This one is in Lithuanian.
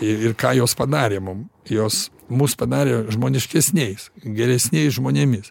ir ką jos padarė mum jos mus padarė žmoniškesniais geresniais žmonėmis